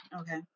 okay